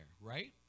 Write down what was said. right